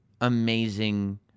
amazing